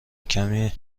کمی